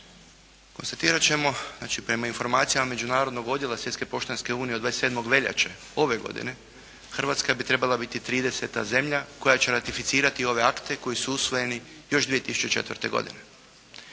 Konstatirat ćemo prema informacijama Međunarodnog odjela Svjetske poštanske unije od 27. veljače ove godine, Hrvatska bi trebala biti trideseta zemlja koja će ratificirati ove akte koji su usvojeni još 2004. godine.